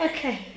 Okay